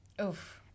Oof